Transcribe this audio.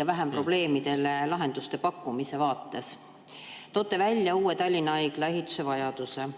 ja vähem probleemidele lahenduste pakkumise vaates. Toote välja Tallinna uue haigla ehituse vajaduse.